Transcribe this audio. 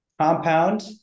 compound